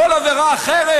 כל עבירה אחרת,